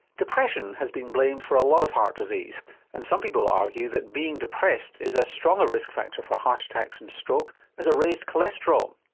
depression has been blamed for a lot of heart disease and some people argue that being depressed is as strong a risk factor for heart attacks and stroke as raised cholesterol.